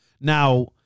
Now